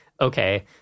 okay